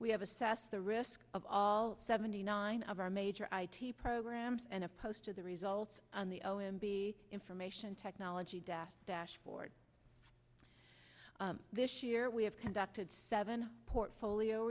we have assessed the risk of all seventy nine of our major i t programs and opposed to the results on the o m b information technology data dashboard this year we have conducted seven portfolio